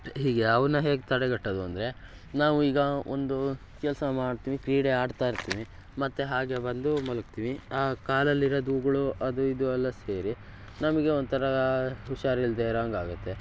ಹೀಗೆ ಅವನ್ನ ಹೇಗೆ ತಡೆಗಟ್ಟೋದು ಅಂದರೆ ನಾವು ಈಗ ಒಂದು ಕೆಲಸ ಮಾಡ್ತೀವಿ ಕ್ರೀಡೆ ಆಡ್ತಾ ಇರ್ತೀವಿ ಮತ್ತು ಹಾಗೇ ಬಂದು ಮಲಗ್ತೀವಿ ಆ ಕಾಲಲ್ಲಿರೋ ಧೂಳು ಅದು ಇದು ಎಲ್ಲ ಸೇರಿ ನಮಗೆ ಒಂಥರ ಹುಷಾರಿಲ್ದೇರೋಂಗಾಗತ್ತೆ